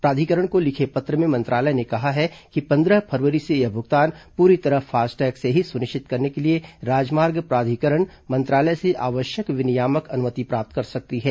प्राधिकरण को लिखे पत्र में मंत्रालय ने कहा है कि पंद्रह फरवरी से यह भुगतान पूरी तरह फास्टैग से ही सुनिश्चित करने के लिए राजमार्ग प्राधिकरण मंत्रालय से आवश्यक विनियामक अनुमति प्राप्त कर सकती है